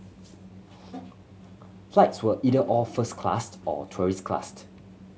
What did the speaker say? flights were either all first class or tourist class